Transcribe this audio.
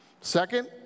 Second